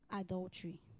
adultery